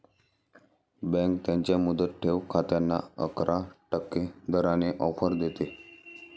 bank त्यांच्या मुदत ठेव खात्यांना अकरा टक्के दराने ऑफर देते